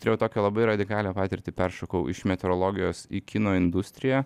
turėjau tokią labai radikalią patirtį peršokau iš meteorologijos į kino industriją